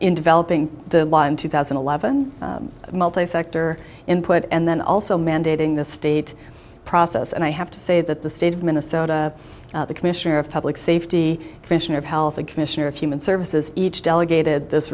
in developing the two thousand and eleven multi sector input and then also mandating the state process and i have to say that the state of minnesota the commissioner of public safety commissioner of health the commissioner of human services each delegated this